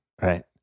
Right